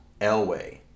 Elway